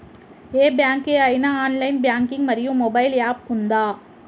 ఏ bank కి ఐనా online banking మరియు మొబైల్ యాప్ ఉందా?